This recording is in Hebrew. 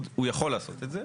הוא יכול לעשות את זה,